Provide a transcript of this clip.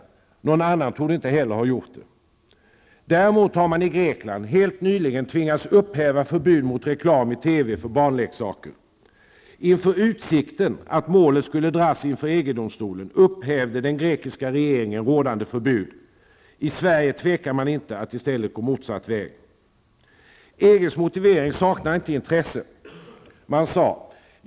Någon annan torde inte heller ha gjort det! Däremot har man i Grekland helt nyligen tvingats upphäva ett förbud mot reklam i TV för barnleksaker. Inför utsikten att målet skulle dras inför EG-domstolen upphävde den grekiska regeringen rådande förbud. I Sverige tvekar man inte att i stället gå motsatt väg. EGs motivering saknar inte intresse.